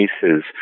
cases